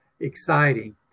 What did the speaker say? exciting